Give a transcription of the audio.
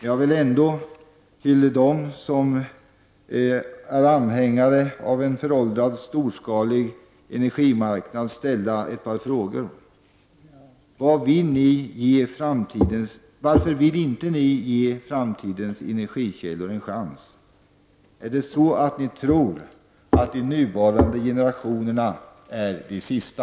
Jag vill ändå till dem som är anhängare av en föråldrad, storskalig energimarknad ställa ett par frågor. Varför vill inte ni ge framtidens energikällor en chans? Är det så att ni tror att de nuvarande generationerna är de sista?